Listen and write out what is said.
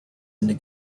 into